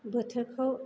बोथोरखौ